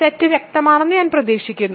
set വ്യക്തമാണെന്ന് ഞാൻ പ്രതീക്ഷിക്കുന്നു